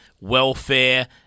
welfare